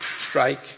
strike